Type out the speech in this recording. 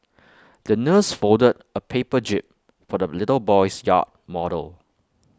the nurse folded A paper jib for the little boy's yacht model